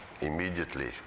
immediately